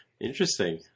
Interesting